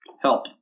help